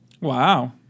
Wow